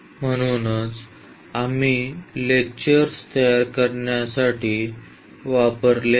म्हणूनच आम्ही लेक्चर्स तयार करण्यासाठी वापरले आहेत